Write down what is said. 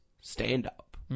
stand-up